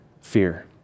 fear